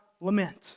lament